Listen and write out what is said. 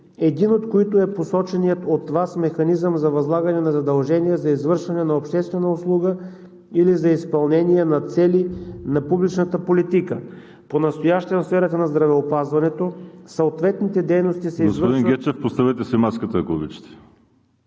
един от които е посоченият от Вас механизъм за възлагане на задължения за извършване на обществена услуга или за изпълнение на цели на публичната политика. Понастоящем в сферата на здравеопазването съответните дейности се извършват по реда, определен в основните